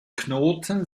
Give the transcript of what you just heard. knoten